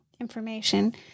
information